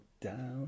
down